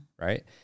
right